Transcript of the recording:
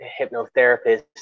hypnotherapist